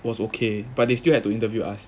was ok but they still have to interview us